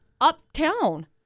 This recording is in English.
uptown